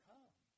Come